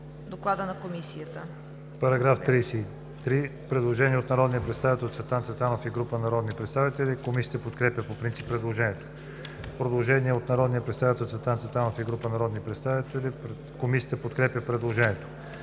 доклада на Комисията. ДОКЛАДЧИК ЦВЕТАН ЦВЕТАНОВ: Предложение от народния представител Цветан Цветанов и група народни представители. Комисията подкрепя по принцип предложението. Предложение от народния представител Цветан Цветанов и група народни представители. Комисията подкрепя предложението.